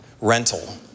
rental